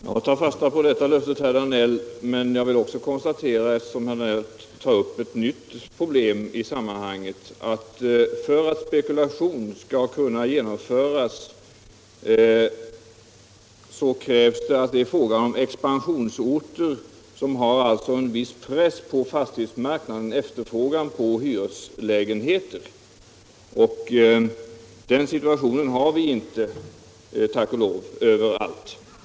Herr talman! Jag tar fasta på det löftet, herr Danell. Men eftersom herr Danell tar upp ett nytt problem i sammanhanget, konstaterar jag att för att spekulation skall kunna genomföras krävs att det är fråga om expansionsorter där det är en viss press på fastighetsmarknaden med efterfrågan på hyreslägenheter. Den situationen har vi inte överallt.